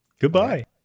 Goodbye